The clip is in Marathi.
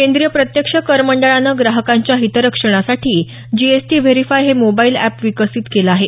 केंद्रीय प्रत्यक्ष कर मंडळानं ग्राहकांच्या हितरक्षणासाठी जीएसटी व्हेरिफाय हे मोबाईल अॅप विकसित केलं आहे